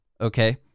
Okay